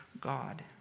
God